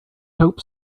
hope